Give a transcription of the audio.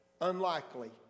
unlikely